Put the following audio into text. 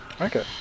okay